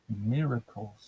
miracles